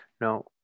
No